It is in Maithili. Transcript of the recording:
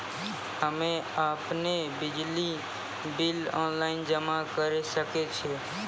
हम्मे आपनौ बिजली बिल ऑनलाइन जमा करै सकै छौ?